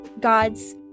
God's